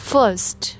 First